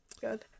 Good